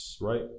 Right